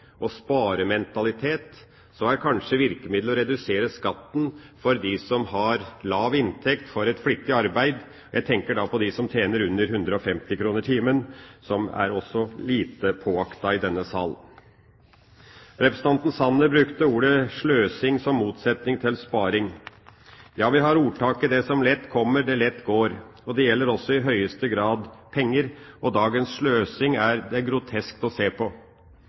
å redusere skatten for dem som har lav inntekt for et flittig arbeid – jeg tenker da på dem som tjener under 150 kr timen, som også er lite påaktet i denne sal. Representanten Sanner brukte ordet «sløsing» som motsetning til sparing. Ja, vi har ordtaket «det som lett kommer, lett går». Det gjelder også i høyeste grad penger, og dagens sløsing er det grotesk å se på.